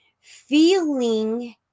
feeling